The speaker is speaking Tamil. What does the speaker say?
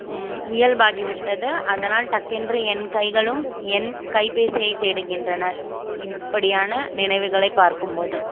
இயல்பாகி விட்டது அதனால் டக் என்று என் கைகளும் என் கை பேசியை தேடுகின்றனர் இப்படியான நினைவுகளை பார்க்கும்போது